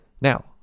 Now